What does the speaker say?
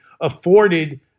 afforded